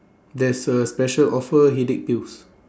there's a special offer headache pills